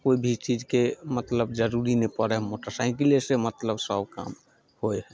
कोइ भी चीजके मतलब जरूरी नहि पड़य हइ मोटर साइकिलेसँ मतलब सभ काम होइ हइ